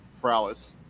prowess